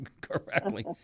correctly